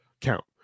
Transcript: count